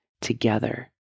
together